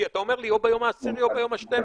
כי אתה אומר לי: או ביום העשירי או ביום ה-12,